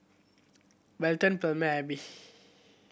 Belton Palmer Alby